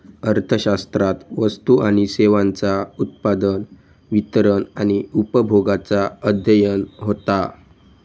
अर्थशास्त्रात वस्तू आणि सेवांचा उत्पादन, वितरण आणि उपभोगाचा अध्ययन होता